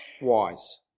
wise